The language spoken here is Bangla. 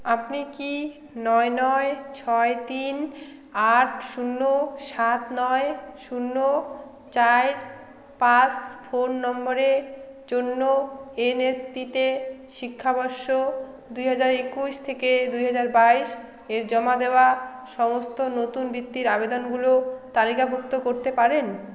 আপনি কি নয় নয় ছয় তিন আট শূন্য সাত নয় শূন্য চার পাঁচ ফোন নম্বরের জন্য এনএসপিতে শিক্ষাবর্ষ দুই হাজার একুশ থেকে দু হাজার বাইশ এ জমা দেওয়া সমস্ত নতুন বৃত্তির আবেদনগুলো তালিকাভুক্ত করতে পারেন